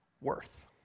worth